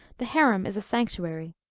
the harem is a sanctuary.